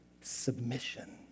submission